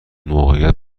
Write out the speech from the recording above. موقعیت